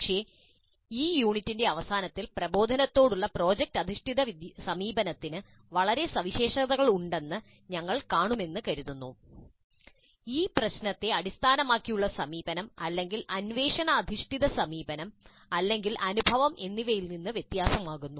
പക്ഷേ ഈ യൂണിറ്റിന്റെ അവസാനത്തിൽ പ്രബോധനത്തോടുള്ള പ്രോജക്റ്റ് അധിഷ്ഠിത സമീപനത്തിന് വളരെ സവിശേഷതകൾ ഉണ്ടെന്ന് ഞങ്ങൾ കാണുമെന്ന് കരുതുന്നു ഇത് പ്രശ്നത്തെ അടിസ്ഥാനമാക്കിയുള്ള സമീപനം അല്ലെങ്കിൽ അന്വേഷണ അധിഷ്ഠിത സമീപനം അല്ലെങ്കിൽ അനുഭവം എന്നിവയിൽ നിന്ന് വ്യത്യസ്തമാകുന്നു